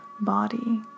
body